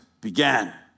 began